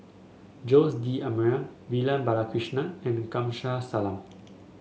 Jose D'Almeida Vivian Balakrishnan and Kamsari Salam